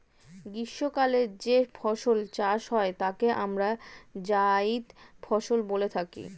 গ্রীষ্মকালে যে ফসল চাষ হয় তাকে আমরা জায়িদ ফসল বলে থাকি